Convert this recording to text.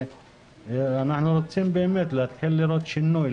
ואנחנו רוצים להתחיל לראות שינוי,